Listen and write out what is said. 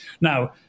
Now